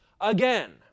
again